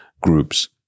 groups